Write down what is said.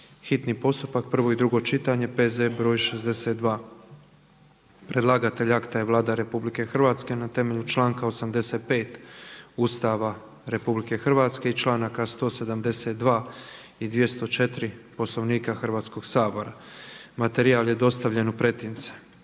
hitni postupak, prvo i drugo čitanje, P.Z.BR.46. Predlagatelj akta je Vlada Republike Hrvatske temeljem članka 85. Ustava RH i članaka 172. i 204. Poslovnika Hrvatskog sabora. Materijal vam je dostavljen u pretince.